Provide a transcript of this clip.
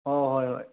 ꯍꯣꯏ ꯍꯣꯏ ꯍꯣꯏ